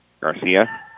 Garcia